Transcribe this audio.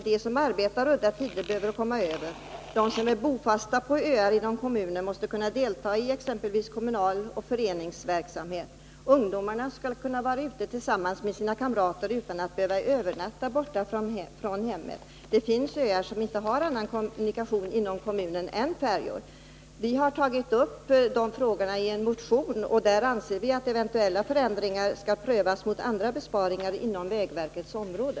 De som arbetar på udda tider behöver komma över, de som är bofasta på öar inom kommunen måste kunna delta i viss kommunal verksamhet och föreningsverksamhet och ungdomarna skall kunna vara ute tillsammans med sina kamrater utan att behöva övernatta borta från hemmet. Vi har tagit upp de frågorna i en motion, där vi anser att eventuella förändringar skall prövas mot andra besparingar inom vägverkets område.